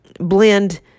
blend